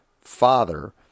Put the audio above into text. father